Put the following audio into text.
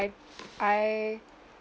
I I